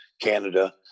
Canada